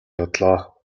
одлоо